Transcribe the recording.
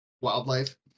wildlife